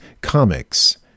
comics